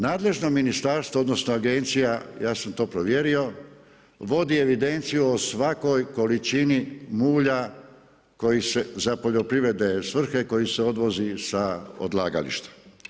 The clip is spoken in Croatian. Nadležno ministarstvo odnosno agencija, ja sam to provjerio vodi evidenciju o svakoj količini mulja koji se, za poljoprivredne svrhe koji se odvozi sa odlagališta.